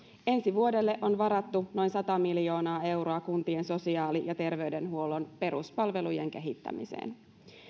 ensi vuodelle on varattu noin sata miljoonaa euroa kuntien sosiaali ja terveydenhuollon peruspalvelujen kehittämiseen